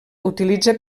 utilitza